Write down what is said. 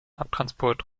abtransport